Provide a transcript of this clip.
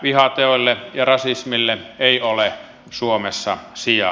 vihateoille ja rasismille ei ole suomessa sijaa